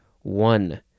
One